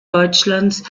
deutschlands